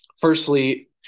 Firstly